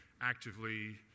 actively